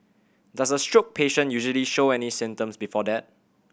does a stroke patient usually show any symptoms before that